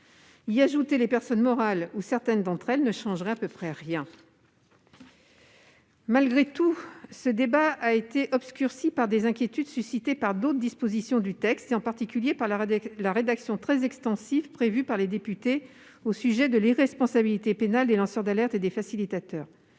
Y ajouter les personnes morales ou certaines d'entre elles ne changerait pas grand-chose. Malgré tout, le débat a été brouillé par les inquiétudes suscitées par d'autres dispositions, en particulier la rédaction très extensive prévue par les députés concernant l'irresponsabilité pénale des lanceurs d'alerte et des facilitateurs.